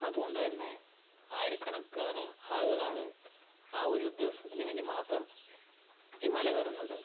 അതുകൊണ്ടുത്തന്നെ ആയിരക്കണകന് ആളുകളാണ് ആ ഒരു ദിവസത്തിനുവേണ്ടി മാത്രം ഈ മല കയറുന്നത്